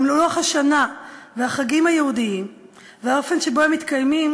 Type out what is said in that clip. גם לוח השנה והחגים היהודיים והאופן שבו הם מתקיימים